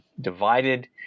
divided